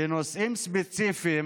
בנושאים ספציפיים,